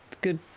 good